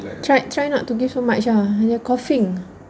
try try not to give so much ah they're coughing